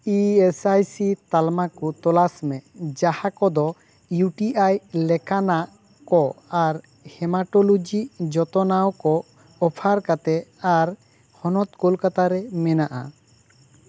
E S I C ᱛᱟᱞᱢᱟ ᱠᱚ ᱛᱚᱞᱟᱥ ᱢᱮ ᱡᱟᱦᱟᱸ ᱠᱚᱫᱚ ᱤᱭᱩ ᱴᱤ ᱟᱭ ᱞᱮᱠᱟᱱᱟᱜ ᱠᱚ ᱟᱨ ᱦᱮᱢᱟᱴᱳᱞᱳᱡᱤ ᱡᱚᱛᱚᱱᱟᱣ ᱠᱚ ᱚᱯᱷᱟᱨ ᱠᱟᱛᱮ ᱟᱨ ᱦᱚᱱᱚᱛ ᱠᱳᱞᱠᱟᱛᱟ ᱨᱮ ᱢᱮᱱᱟᱜᱼᱟ